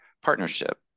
partnership